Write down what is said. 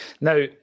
Now